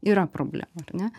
yra problema ar ne